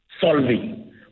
solving